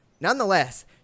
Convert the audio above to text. Nonetheless